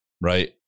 right